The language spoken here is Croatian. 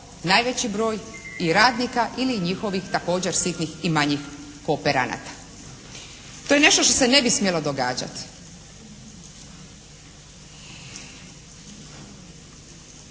najveći broj i radnika ili njihovih također sitnih i manjih kooperanata. To je nešto što se ne bi smjelo događati.